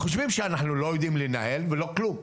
חושבים שאנחנו לא יודעים לנהל ולא כלום,